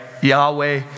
Yahweh